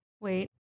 Wait